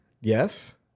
Yes